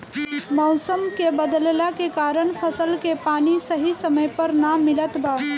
मउसम के बदलला के कारण फसल के पानी सही समय पर ना मिलत बा